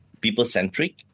people-centric